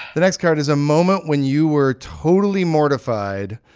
the next card is a moment when you were totally mortified.